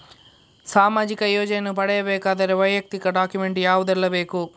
ಸಾಮಾಜಿಕ ಯೋಜನೆಯನ್ನು ಪಡೆಯಬೇಕಾದರೆ ವೈಯಕ್ತಿಕ ಡಾಕ್ಯುಮೆಂಟ್ ಯಾವುದೆಲ್ಲ ಬೇಕು?